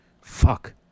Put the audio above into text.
fuck